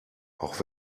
auch